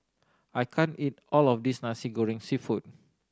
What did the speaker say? I can't eat all of this Nasi Goreng Seafood